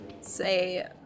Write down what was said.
say